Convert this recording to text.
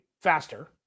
faster